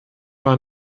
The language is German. war